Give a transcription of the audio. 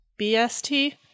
BST